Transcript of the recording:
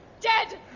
dead